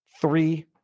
Three